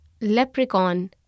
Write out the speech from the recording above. Leprechaun